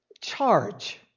charge